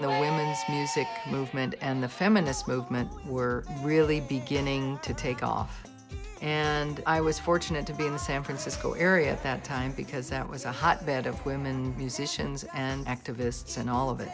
sick movement and the feminist movement were really beginning to take off and i was fortunate to be in the san francisco area at that time because that was a hotbed of women musicians and activists and all of it